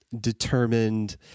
determined